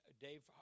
Dave